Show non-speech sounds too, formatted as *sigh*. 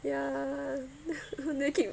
*breath* ya *laughs* then I keep *noise*